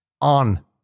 on